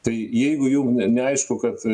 tai jeigu jum neaišku kad